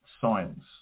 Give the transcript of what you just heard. science